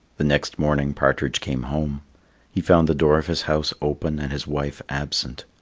the next morning partridge came home he found the door of his house open and his wife absent.